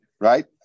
Right